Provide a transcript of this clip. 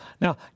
Now